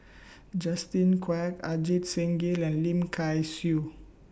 Justin Quek Ajit Singh Gill and Lim Kay Siu